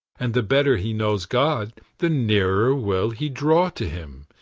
and the better he knows god, the nearer will he draw to him,